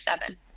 seven